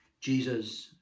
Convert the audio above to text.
Jesus